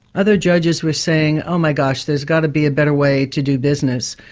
other judges were saying oh my gosh, there's got to be a better way to do business'.